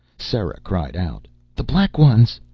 sera cried out the black ones!